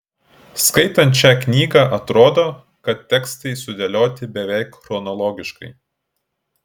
skaitant šią knygą atrodo kad tekstai sudėlioti beveik chronologiškai